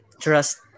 trust